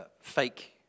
fake